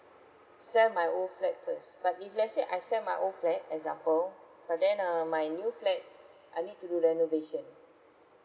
sell my old flat first but if let's say I sell my old flat example but then um my new flat I need to do renovation